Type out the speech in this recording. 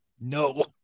No